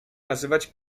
nazywać